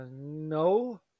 no